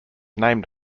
named